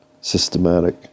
systematic